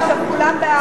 ראש עיר.